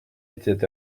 était